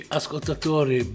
ascoltatori